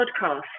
podcast